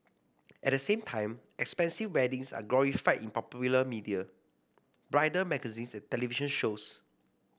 at the same time expensive weddings are glorified in popular media bridal magazines and television shows